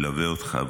הוא ילווה אותך,